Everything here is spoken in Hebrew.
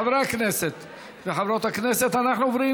חברי הכנסת וחברות הכנסת, אנחנו עוברים